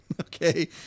okay